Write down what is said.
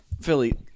Philly